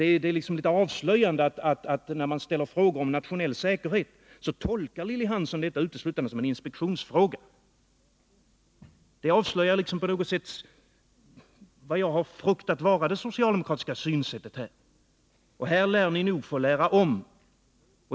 Det är liksom litet avslöjande att Lilly Hansson, när jag ställer frågor om nationell säkerhet, tolkar dem uteslutande såsom inspektionsfrågor. Det avslöjar på något sätt vad jag har fruktat vara det socialdemokratiska synsättet. Här lär ni nog få lära om.